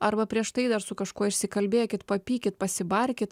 arba prieš tai dar su kažkuo išsikalbėkit papykit pasibarkit